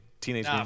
teenage